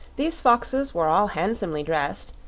these foxes were all handsomely dressed,